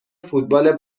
فوتبال